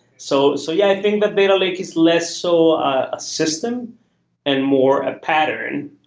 so so, yeah, i think that data lake is less so a system and more a pattern.